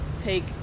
take